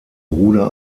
ruder